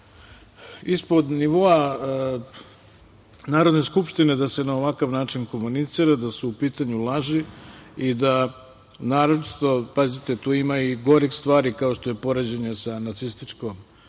ispod nivoa Narodne skupštine da se na ovakav način komunicira, da su u pitanju laži i da, pazite, tu ima i gorih stvari, kao što je poređenje sa nacističkom